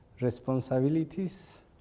responsibilities